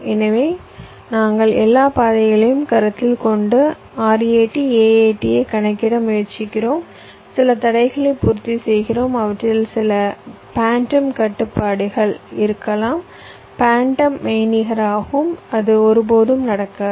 எனவே நாங்கள் எல்லா பாதைகளையும் கருத்தில் கொண்டு RAT AAT ஐ கணக்கிட முயற்சிக்கிறோம் சில தடைகளை பூர்த்திசெய்கிறோம் அவற்றில் சில பாண்டம் கட்டுப்பாடுகள் இருக்கலாம் பாண்டம் மெய்நிகர் ஆகும் அது ஒருபோதும் நடக்காது